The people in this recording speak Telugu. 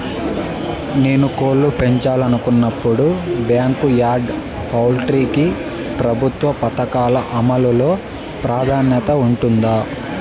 నేను కోళ్ళు పెంచాలనుకున్నపుడు, బ్యాంకు యార్డ్ పౌల్ట్రీ కి ప్రభుత్వ పథకాల అమలు లో ప్రాధాన్యత ఉంటుందా?